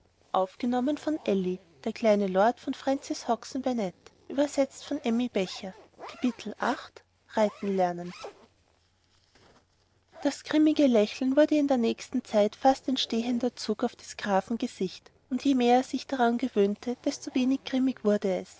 achtes kapitel das grimmige lächeln wurde in der nächsten zeit fast ein stehender zug auf des grafen gesicht und je mehr er sich daran gewöhnte desto weniger grimmig wurde es